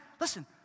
listen